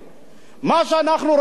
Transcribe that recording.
אדוני היושב-ראש,